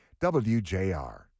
WJR